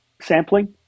sampling